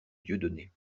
dieudonné